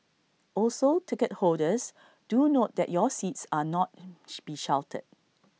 also ticket holders do note that your seats are not be sheltered